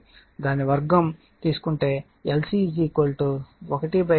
దాని వర్గం తీసుకుంటే LC 1 ω02 అవుతుంది